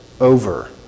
over